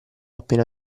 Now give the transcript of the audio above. appena